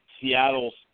Seattle's